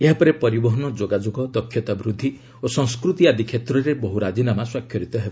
ଏହା ପରେ ପରିବହନ ଯୋଗାଯୋଗ ଦକ୍ଷତାବୃଦ୍ଧି ଓ ସଂସ୍କୃତି ଆଦି କ୍ଷେତ୍ରରେ ବହୁ ରାଜିନାମା ସ୍ୱାକ୍ଷରିତ ହେବ